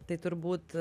tai turbūt